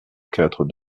quatre